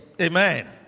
Amen